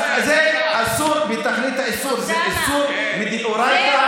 אז זה אסור בתכלית האיסור, זה איסור מדאורייתא.